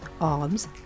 arms